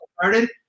started